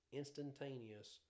instantaneous